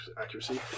accuracy